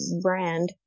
brand